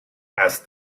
asked